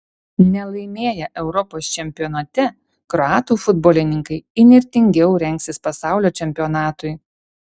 nelaimėję europos čempionate kroatų futbolininkai įnirtingiau rengsis pasaulio čempionatui